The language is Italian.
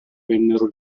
vennero